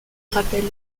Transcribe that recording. rappelle